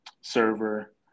server